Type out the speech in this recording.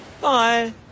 Bye